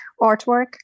artwork